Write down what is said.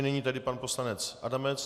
Nyní tedy pan poslanec Adamec.